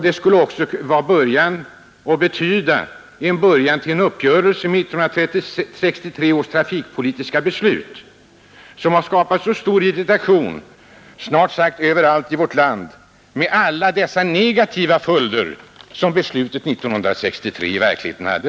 Det skulle också betyda en början till en uppgörelse med 1963 års trafikpolitiska beslut, som skapat så stor irritation snart sagt överallt i vårt land med alla de negativa följder som 1963 års beslut i verkligheten hade.